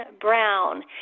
brown